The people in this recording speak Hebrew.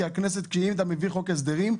כי אם אתה מביא חוק הסדרים,